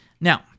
Now